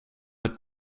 ett